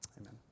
amen